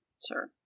sir